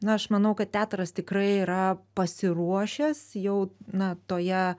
na aš manau kad teatras tikrai yra pasiruošęs jau na toje